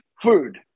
food